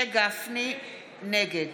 נגד